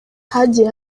hagiye